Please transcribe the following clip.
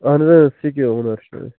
اَہَن آ سِکی اونَر چھِ أسۍ